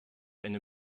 eine